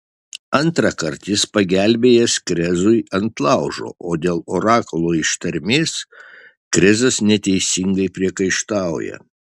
antrąkart jis pagelbėjęs krezui ant laužo o dėl orakulo ištarmės krezas neteisingai priekaištauja